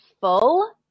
full